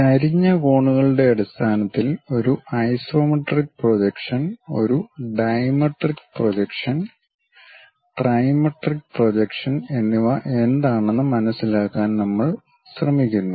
ചരിഞ്ഞ കോണുകളുടെ അടിസ്ഥാനത്തിൽ ഒരു ഐസോമെട്രിക് പ്രൊജക്ഷൻ ഒരു ഡൈമെട്രിക് പ്രൊജക്ഷൻ ട്രൈമെട്രിക് പ്രൊജക്ഷൻ എന്നിവ എന്താണെന്ന് മനസിലാക്കാൻ നമ്മൾ ശ്രമിക്കുന്നു